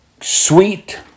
sweet